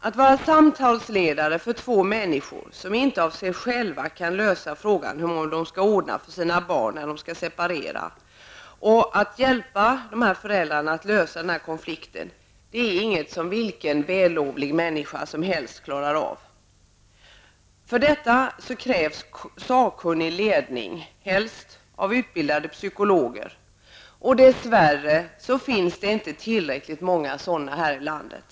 Att vara samtalsledare för två föräldrar -- som vid separation inte av sig själva kan lösa frågan hur de skall ordna för sina barn -- och hjälpa föräldrarna att lösa konflikten är inget som vilken välvillig människa som helst klarar av. För detta krävs det sakkunnig ledning, helst av utbildade psykologer. Dess värre finns det inte tillräckligt många sådana här i landet.